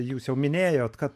jūs jau minėjot kad